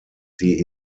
des